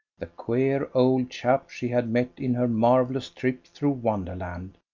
the queer old chap she had met in her marvellous trip through wonderland,